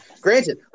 granted